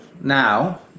now